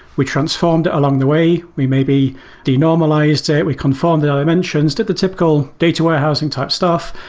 we transformed along the way. we maybe de-normalized it. we conformed the dimensions. did the typical data warehousing type stuff,